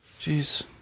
Jeez